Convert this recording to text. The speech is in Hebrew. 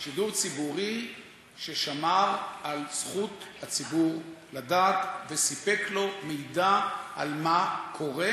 שידור ציבורי ששמר על זכות הציבור לדעת וסיפק לו מידע על מה קורה,